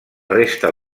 resta